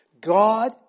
God